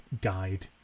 guide